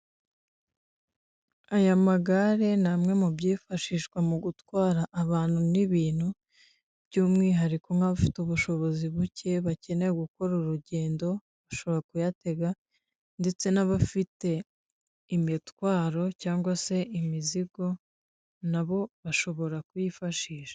Aya magare ni amwe mu byifashishwa mu gutwara abantu n'ibintu, by'umwihariko nk'abafite ubushobozi buke, bakeneye gukora urugendo, bashobora kuyatega ndetse n'abafite imitwaro cyangwa se imizigo nabo bashobora kuyifashisha.